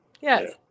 Yes